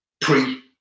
pre